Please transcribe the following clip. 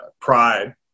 pride